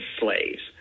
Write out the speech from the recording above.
slaves